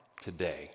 today